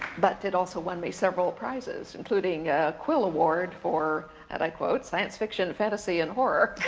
but it also won me several prizes, including a quill award for, and i quote, science fiction, fantasy, and horror.